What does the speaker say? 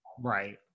right